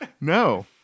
No